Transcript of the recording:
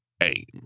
aim